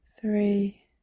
three